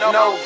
no